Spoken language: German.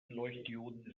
leuchtdioden